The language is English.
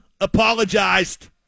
apologized